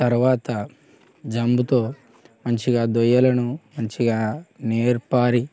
తర్వాత జంబుతో మంచిగా దయ్యాలను మంచిగా నేర్పారి